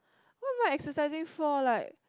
what am i exercising for like